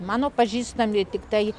mano pažįstami tiktai